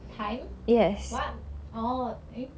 time !wow! orh eh